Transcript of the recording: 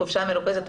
חופשה מרוכזת.